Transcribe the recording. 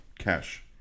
Cash